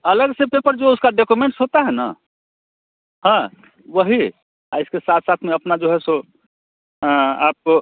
अलग से तो पर जो उसका डाेकुमेंट्स होता है न हाँ वही इसके साथ साथ में अपना जो है सो आप